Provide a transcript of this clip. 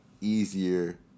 easier